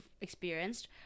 experienced